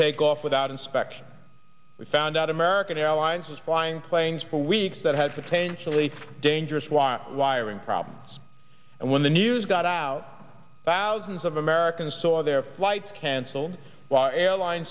take off without inspection we found out american airlines was flying planes for weeks that had potentially dangerous while wiring problem and when the news got out thousands of americans saw their flights canceled while airline